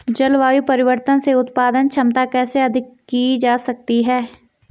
जलवायु परिवर्तन से उत्पादन क्षमता कैसे अधिक की जा सकती है?